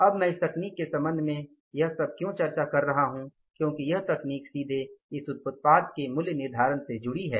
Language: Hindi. अब मैं इस तकनीक के संबंध में यह सब क्यों चर्चा कर रहा हूं क्योंकि यह तकनीक सीधे इस उत्पाद के मूल्य निर्धारण से जुड़ी है